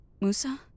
Musa